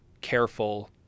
careful